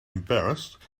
embarrassed